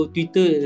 Twitter